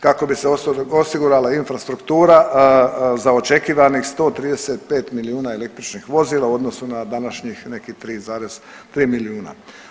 Kako bi se osigurala infrastruktura za očekivanih 135 milijuna električnih vozila u odnosu na današnjih nekih 3,3 milijuna.